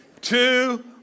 two